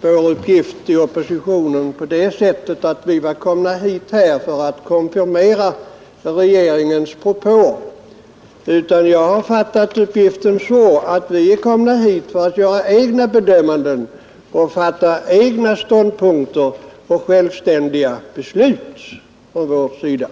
vår uppgift i oppositionen på det sättet att vi var komna hit för att konfirmera regeringens propåer, utan jag har fattat uppgiften så, att vi är komna hit för att göra egna bedömningar och fatta egna ståndpunkter och självständiga beslut från vår sida.